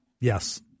yes